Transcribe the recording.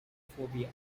phobia